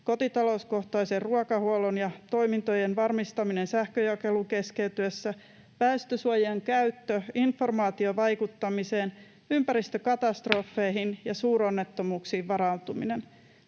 kotitalouskohtaisen ruokahuollon ja toimintojen varmistaminen sähkönjakelun keskeytyessä, väestönsuojien käyttö, informaatiovaikuttamiseen, ympäristökatastrofeihin ja suuronnettomuuksiin varautuminen.